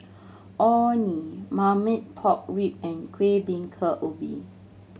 Orh Nee marmite pork rib and Kueh Bingka Ubi